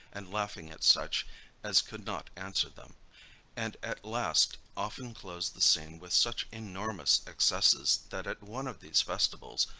laughing at such as could not answer them and at last often closed the scene with such enormous excesses, that at one of these festivals,